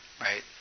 right